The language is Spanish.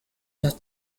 los